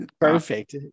Perfect